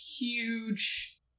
huge